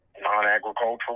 non-agricultural